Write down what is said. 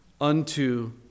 unto